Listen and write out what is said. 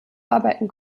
arbeiten